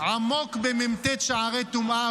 -- נמצא עמוק במ"ט שערי טומאה,